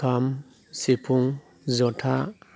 खाम सिफुं जथा